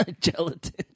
gelatin